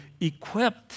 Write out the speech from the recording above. equipped